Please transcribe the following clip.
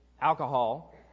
alcohol